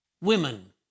women